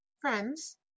friends